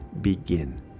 begin